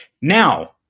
Now